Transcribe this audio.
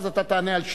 אז תענה על שתיהן.